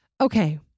Okay